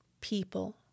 people